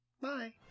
Bye